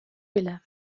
bile